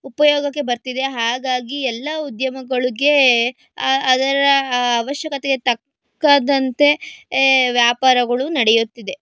ಉಪಯೋಗಕ್ಕೆ ಬರ್ತಿದೆ ಹಾಗಾಗಿ ಎಲ್ಲ ಉದ್ಯಮಗಳಿಗೆ ಅದರ ಆ ಅವಶ್ಯಕತೆಗೆ ತಕ್ಕಂತೆ ವ್ಯಾಪಾರಗಳು ನಡೆಯುತ್ತಿದೆ